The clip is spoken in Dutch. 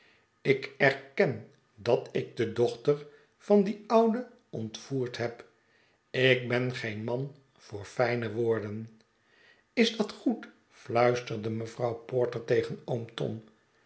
k erken dat ik de dochter van hen oude ontvoerd neb k ben geen man voor fijne woorden is dat goed fluisterde mevrouw porter tegen